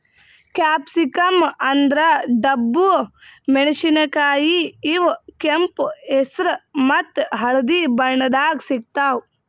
capsicum ಅಂದ್ರ ಡಬ್ಬು ಮೆಣಸಿನಕಾಯಿ ಇವ್ ಕೆಂಪ್ ಹೆಸ್ರ್ ಮತ್ತ್ ಹಳ್ದಿ ಬಣ್ಣದಾಗ್ ಸಿಗ್ತಾವ್